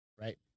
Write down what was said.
right